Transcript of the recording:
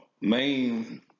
main